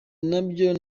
nabyo